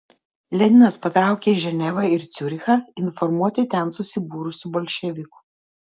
leninas patraukė į ženevą ir ciurichą informuoti ten susibūrusių bolševikų